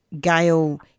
Gail